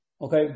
Okay